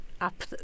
up